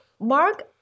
Mark